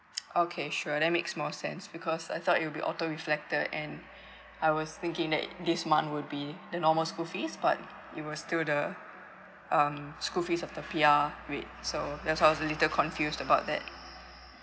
okay sure that makes more sense because I thought it'll be auto reflected and I was thinking that this month would be the normal school fees but it were still the um school fees of the P_R rate so that sounds a little confused about that